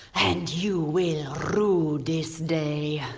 and you will rue this day.